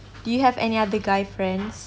do you have any other guy friends